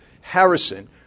Harrison